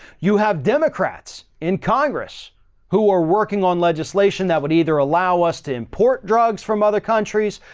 you have democrats in congress who are working on legislation that would either allow us to import drugs from other countries.